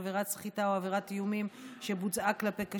עבירת סחיטה או עבירת איומים שבוצעה כלפי קשיש,